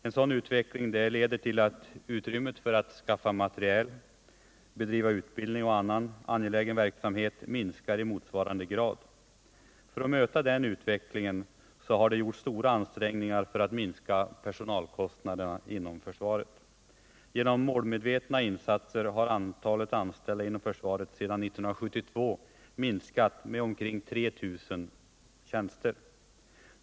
En sådan utveckling leder till att utrymmet för att skaffa materiel, bedriva utbildning och annan angelägen verksamhet minskar i motsvarande grad. För att möta den utvecklingen har det gjorts stora ansträngningar att minska personalkostnaderna inom försvaret. Genom målmedvetna insatser har antalet tjänster inom försvaret sedan 1972 minskat med omkring 3 000.